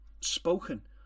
spoken